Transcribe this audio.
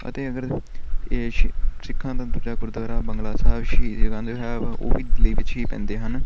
ਅਤੇ ਅਗਰ ਇਹ ਛੇ ਸਿੱਖਾਂ ਦਾ ਦੂਜਾ ਗੁਰਦੁਆਰਾ ਬੰਗਲਾ ਸਾਹਿਬ ਸ਼ੀਸ ਗੰਜ ਸਾਹਿਬ ਉਹ ਵੀ ਦਿੱਲੀ ਵਿੱਚ ਹੀ ਪੈਂਦੇ ਹਨ